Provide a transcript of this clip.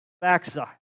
backside